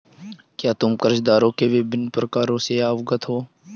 क्या तुम कर्जदारों के विभिन्न प्रकारों से अवगत हो?